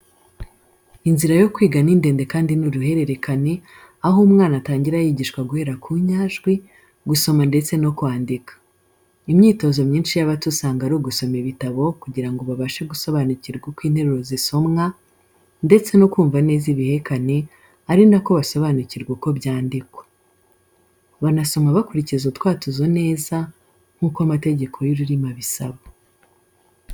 Inzira yo kwiga ni ndende kandi ni uruhererekane, aho umwana atangira yigishwa guhera ku nyajwi, gusoma ndetse no kwandika. Imyitozo myinshi y’abato usanga ari ugusoma ibitabo kugira ngo babashe gusobanukirwa uko interuro zisomwa, ndetse no kumva neza ibihekane, ari na ko basobanukirwa uko byandikwa. Banasoma bakurikiza utwatuzo neza, nk’uko amategeko y’ururimi abisaba.